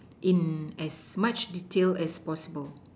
in as much detail as possible